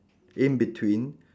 in between